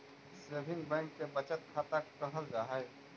saving bank के बचत खाता कहल जा हइ